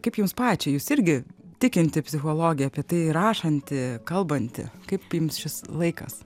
kaip jums pačiai jūs irgi tikinti psichologė apie tai rašanti kalbanti kaip jums šis laikas